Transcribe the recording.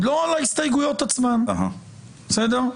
לא על ההסתייגויות עצמם, בסדר?